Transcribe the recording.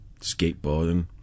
skateboarding